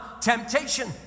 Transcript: temptation